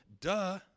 duh